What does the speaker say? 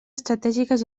estratègiques